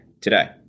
today